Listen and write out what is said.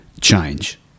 change